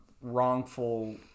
wrongful